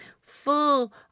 full